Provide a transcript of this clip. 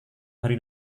hari